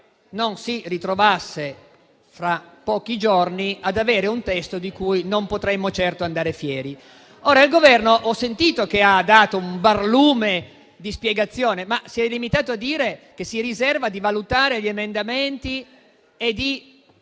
non si ritrovasse, fra pochi giorni, ad avere un testo di cui non potremo certo andare fieri. Ho sentito che il Governo ha dato un barlume di spiegazione, ma limitandosi a dire che si riserva di valutare gli emendamenti e di